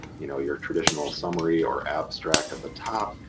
you know, your traditional summary or abstract at the top,